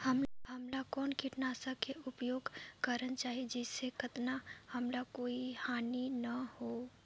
हमला कौन किटनाशक के उपयोग करन चाही जिसे कतना हमला कोई हानि न हो?